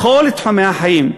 בכל תחומי החיים,